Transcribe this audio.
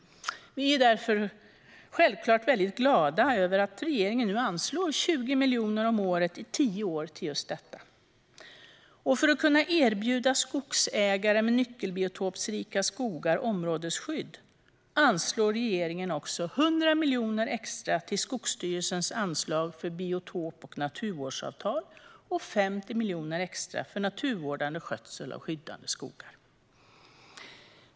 Vi är därför självklart väldigt glada över att regeringen nu anslår 20 miljoner om året i tio år till just detta. För att kunna erbjuda skogsägare med nyckelbiotopsrika skogar områdesskydd anslår regeringen också 100 miljoner extra till Skogsstyrelsens anslag för biotop och naturvårdsavtal och 50 miljoner extra för naturvårdande skötsel av skyddande skogar.